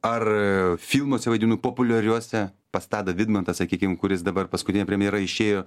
ar a filmuose vaidinu populiariuose pas tadą vidmantą sakykim kuris dabar paskutinė premjera išėjo